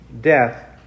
death